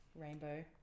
rainbow